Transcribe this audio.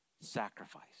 sacrifice